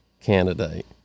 candidate